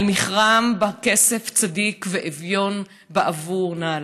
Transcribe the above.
על מכרם בכסף צדיק ואביון בעבור נעלים".